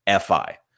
FI